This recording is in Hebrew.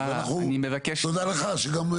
ותודה לך שגם,